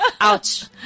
Ouch